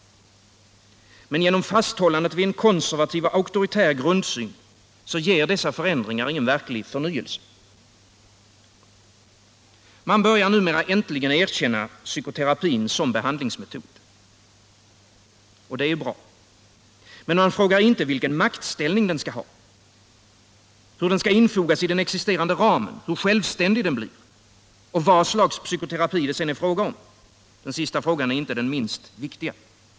Men genom fasthållandet vid en konservativ och auktoritär grundsyn ger dessa förändringar ingen verklig förnyelse. Man börjar numera äntligen erkänna psykoterapin som behandlingsmetod. Det är ju bra. Men man frågar inte vilken maktställning den skall ha. Hur skall den infogas i den existerande ramen? Hur självständig blir den? Och vad slags psykoterapi är det fråga om? Den sista frågan är den inte minst viktiga.